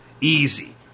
Easy